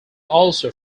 also